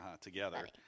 together